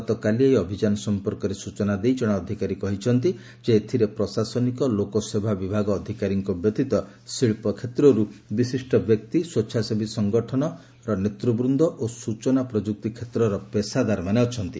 ଗତକାଲି ଏହି ଅଭିଯାନ ସମ୍ପର୍କରେ ସ୍ୱଚନା ଦେଇ ଜଣେ ଅଧିକାରୀ କହିଛନ୍ତି ଏଥିରେ ପ୍ରଶାସନିକ ଲୋକସେବା ବିଭାଗ ଅଧିକାରୀଙ୍କ ବ୍ୟତୀତ ଶିଳ୍ପକ୍ଷେତ୍ରରୁ ବିଶିଷ୍ଟ ବ୍ୟକ୍ତି ସ୍ୱେଚ୍ଚାସେବୀ ସଙ୍ଗଠନର ନେତୃବ୍ଦନ୍ଦ ଓ ସୂଚନା ଓ ପ୍ରଯୁକ୍ତି କ୍ଷେତ୍ରରେ ପେସାଦାରମାନେ ଅଛନ୍ତି